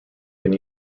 can